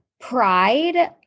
pride